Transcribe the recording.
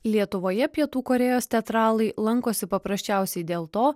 lietuvoje pietų korėjos teatralai lankosi paprasčiausiai dėl to